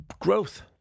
growth